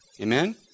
Amen